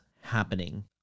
happening